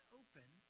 open